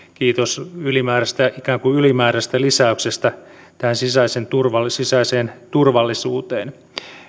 kiitos ikään kuin ylimääräisestä lisäyksestä sisäiseen turvallisuuteen